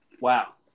wow